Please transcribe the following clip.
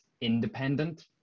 independent